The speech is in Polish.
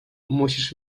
musisz